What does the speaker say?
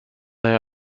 they